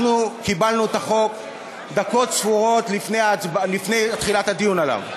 אנחנו קיבלנו את החוק דקות ספורות לפני תחילת הדיון עליו.